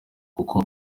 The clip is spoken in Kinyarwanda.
kuko